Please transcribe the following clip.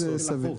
לעשות.